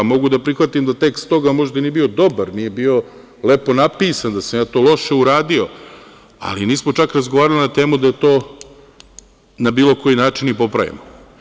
Mogu da prihvatim da tekst toga možda i nije bio dobar, nije bio lepo napisan, da sam ja to loše uradio, ali nismo čak razgovarali na temu da to na bilo koji način i popravimo.